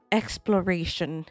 exploration